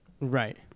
Right